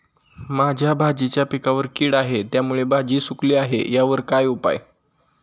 माझ्या भाजीच्या पिकावर कीड आहे त्यामुळे भाजी सुकली आहे यावर काय उपाय?